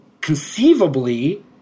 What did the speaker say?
conceivably